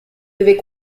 devait